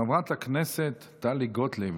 חברת הכנסת טלי גוטליב.